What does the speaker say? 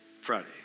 Friday